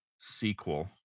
sequel